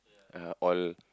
uh all